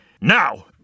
Now